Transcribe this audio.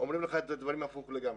אומרים לך את הדברים הפוך לגמרי.